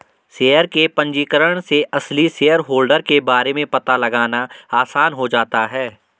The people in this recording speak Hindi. शेयर के पंजीकरण से असली शेयरहोल्डर के बारे में पता लगाना आसान हो जाता है